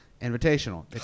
Invitational